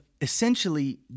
essentially